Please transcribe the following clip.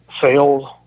sales